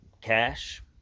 cash